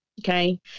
Okay